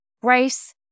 Grace